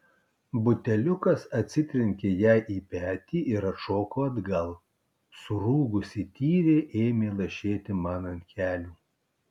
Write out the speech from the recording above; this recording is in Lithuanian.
buteliukas atsitrenkė jai į petį ir atšoko atgal surūgusi tyrė ėmė lašėti man ant kelių